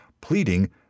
pleading